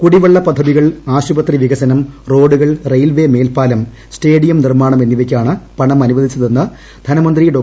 കുടിവെള്ള പദ്ധതികൾ ആശുപത്രി വികസനം റോഡുകൾ റെയിൽവേ മേൽപ്പാലം സ്റ്റേഡിയം നിർമാണം എന്നിവയ് ക്കാണ് പണം അനുവദിച്ചതെന്ന് ധനമന്ത്രി ഡോ